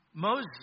Moses